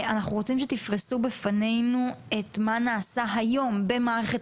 אנחנו רוצים שתפרסו בפנינו את מה נעשה היום במערכת